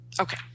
Okay